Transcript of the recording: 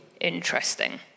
interesting